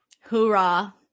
Hoorah